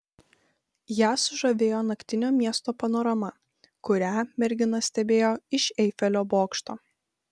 ją sužavėjo naktinio miesto panorama kurią mergina stebėjo iš eifelio bokšto